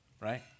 right